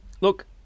Look